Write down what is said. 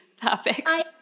topics